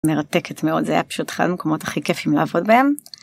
מרתקת מאוד זה היה פשוט אחד המקומות הכי כיפיים לעבוד בהם.